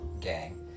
gang